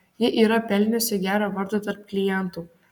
ji yra pelniusi gerą vardą tarp klientų